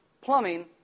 plumbing